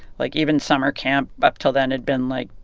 like, even summer camp up till then had been, like,